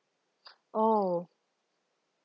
oh